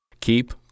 Keep